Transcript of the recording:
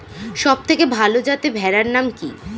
সবথেকে ভালো যাতে ভেড়ার নাম কি?